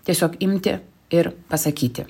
tiesiog imti ir pasakyti